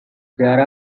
there